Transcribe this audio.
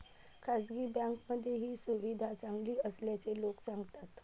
खासगी बँकांमध्ये ही सुविधा चांगली असल्याचे लोक सांगतात